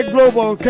Global